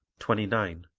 twenty nine.